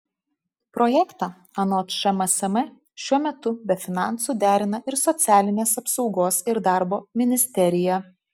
projektą anot šmsm šiuo metu be finansų derina ir socialinės apsaugos ir darbo ministerija